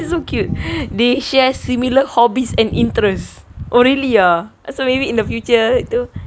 this so cute they share similar hobbies and interests oh really ah so maybe in the future